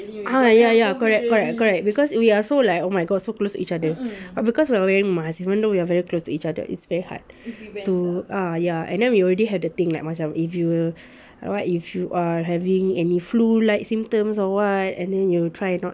ah ya ya correct correct correct because we are so like oh my god so close to each other but because we are wearing mask even though we are very close to each other it's very hard to ah ya and then we already have the thing like myself if you will and what if you are having any flu like symptoms or what and then you try not